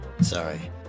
sorry